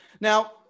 Now